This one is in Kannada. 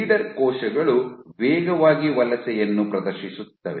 ಲೀಡರ್ ಕೋಶಗಳು ವೇಗವಾಗಿ ವಲಸೆಯನ್ನು ಪ್ರದರ್ಶಿಸುತ್ತವೆ